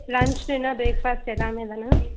lunch dinner breakfast எல்லாம் தானே